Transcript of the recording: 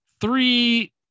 three